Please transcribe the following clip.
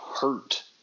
hurt